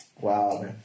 Wow